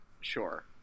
Sure